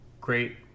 great